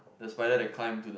the spider that climb to the